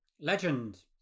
Legend